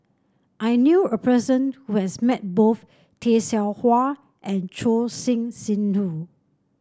I knew a person who has met both Tay Seow Huah and Choor Singh Sidhu